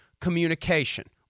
communication